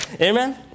Amen